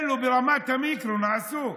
אלו, ברמת המיקרו, נעשו.